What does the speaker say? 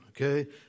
okay